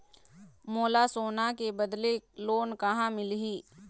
मोला सोना के बदले लोन कहां मिलही?